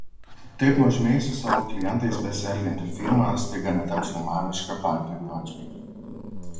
taip nuožmiai su savo klientais besielgianti firma staiga netaps humaniška partnerių atžvilgiu